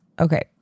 Okay